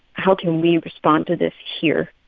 how can we respond to this here.